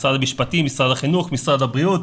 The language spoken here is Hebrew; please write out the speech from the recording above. משרד המשפטים, משרד החינוך, משרד הבריאות,